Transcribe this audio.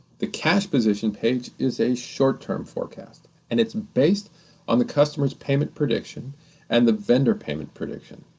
the cash position page is a short term forecast and it's based on the customer's payment prediction and the vendor payment prediction.